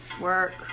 work